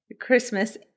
Christmas